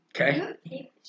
Okay